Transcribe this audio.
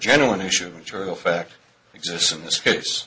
genuine issue sure the fact exists in this case